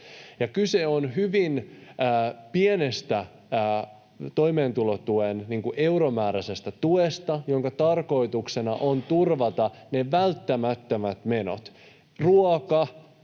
Kyse on hyvin pienestä toimeentulotuen euromääräisestä tuesta, jonka tarkoituksena on turvata välttämättömät menot: